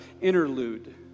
interlude